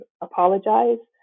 apologize